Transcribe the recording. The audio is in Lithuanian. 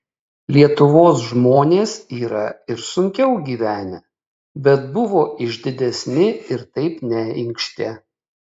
lietuvos žmonės yra ir sunkiau gyvenę bet buvo išdidesni ir taip neinkštė